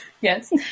Yes